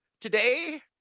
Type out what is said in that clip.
today